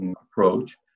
approach